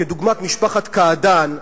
כדוגמת משפחת קעדאן,